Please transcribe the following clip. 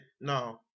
No